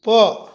போ